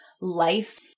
life